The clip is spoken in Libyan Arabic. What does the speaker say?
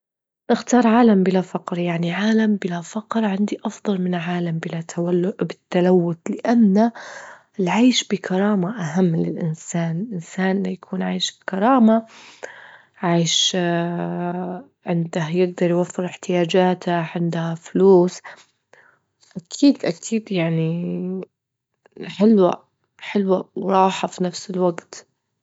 أختار عالم بلا فقر، يعني عالم بلا فقر عندي أفضل من عالم بلا تول- تلوث، لأن العيش بكرامة أهم من الإنسان، الإنسان ليكون عايش بكرامة، عايش عنده يجدر يوفر إحتياجاته، عنده فلوس، أكيد- أكيد يعني حلوة حلوة وراحة في نفس الوجت.